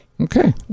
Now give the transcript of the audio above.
Okay